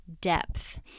depth